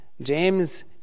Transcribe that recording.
James